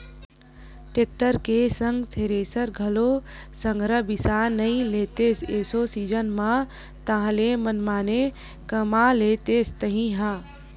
tractor के संग thresher घलोक संघरा बिसा नइ लेतेस एसो सीजन म ताहले मनमाड़े कमातेस तही ह